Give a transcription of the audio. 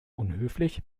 unhöflich